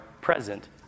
present